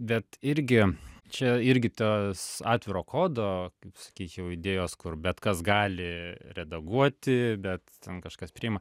bet irgi čia irgi tas atviro kodo kaip sakyčiau idėjos kur bet kas gali redaguoti bet ten kažkas priima